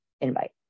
invite